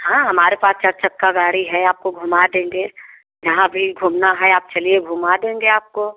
हाँ हमारे पास चार चक्का गाड़ी है आपको घुमा देंगे जहाँ भी घूमना है आप चलिए घुमा देंगे आपको